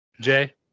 Jay